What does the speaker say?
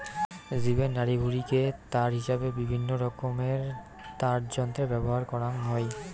জীবের নাড়িভুঁড়িকে তার হিসাবে বিভিন্নরকমের তারযন্ত্রে ব্যবহার করাং হই